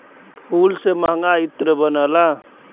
फूल से महंगा महंगा इत्र बनला